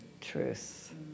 truth